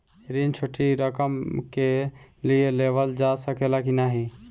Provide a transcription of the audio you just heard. ऋण छोटी रकम के लिए लेवल जा सकेला की नाहीं?